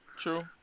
True